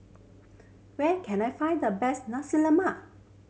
where can I find the best Nasi Lemak